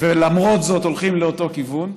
ולמרות זאת הולכים לאותו כיוון.